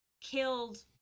killed